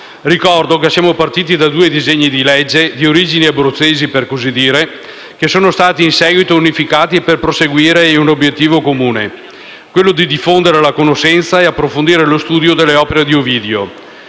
Ricordo che siamo partiti da due disegni di legge, di origini abruzzesi, per così dire, in seguito unificati per perseguire un obiettivo comune: diffondere la conoscenza e approfondire lo studio delle opere di Ovidio.